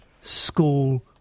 school